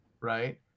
right